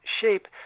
shape